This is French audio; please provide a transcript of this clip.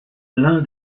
l’un